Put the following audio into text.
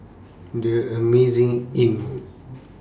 The Amazing Inn